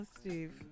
Steve